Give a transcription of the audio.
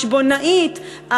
החשבונאית,